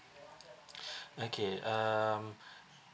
okay um